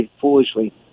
foolishly